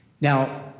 Now